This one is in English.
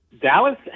Dallas